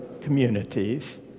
communities